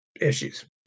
issues